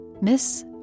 Miss